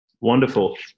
wonderful